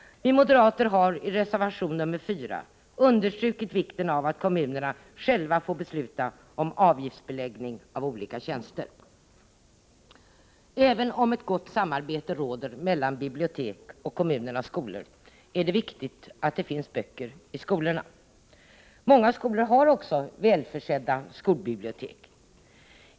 Vi moderater har i reservation 4 understrukit vikten av att kommunerna själva får besluta om avgiftsbeläggning av olika tjänster. Även om ett gott samarbete råder mellan bibliotek och kommunernas skolor, är det viktigt att det finns böcker i skolorna. Många skolor har också välförsedda skolbibliotek.